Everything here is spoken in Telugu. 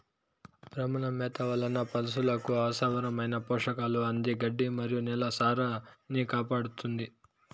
భ్రమణ మేత వలన పసులకు అవసరమైన పోషకాలు అంది గడ్డి మరియు నేల సారాన్నికాపాడుతుంది